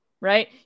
Right